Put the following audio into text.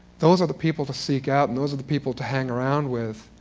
those are the people to seek out and those are the people to hang around with,